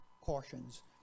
cautions